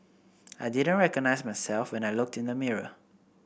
I didn't recognise myself when I looked in the mirror